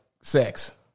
sex